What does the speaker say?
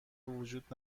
وجود